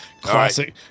Classic